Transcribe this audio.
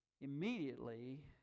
Immediately